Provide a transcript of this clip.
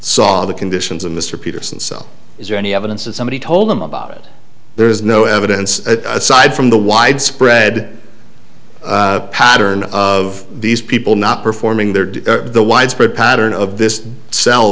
saw the conditions of mr peterson cell is there any evidence that somebody told them about it there is no evidence aside from the widespread pattern of these people not performing their the widespread pattern of this cell